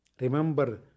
Remember